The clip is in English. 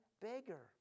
beggar